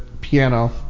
piano